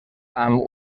amb